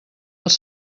els